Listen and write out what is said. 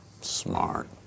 Smart